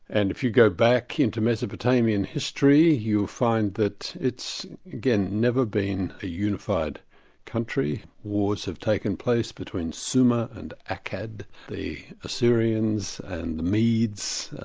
and if you go back into mesopotamian history you'll find that it's again, never been a unified country. wars have taken place between suma and akad, the assyrians and the meads,